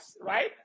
right